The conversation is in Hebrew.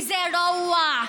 וזה רוע.